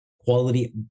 quality